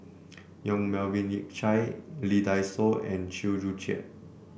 Yong Melvin Yik Chye Lee Dai Soh and Chew Joo Chiat